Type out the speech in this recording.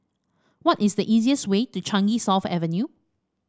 what is the easiest way to Changi South Avenue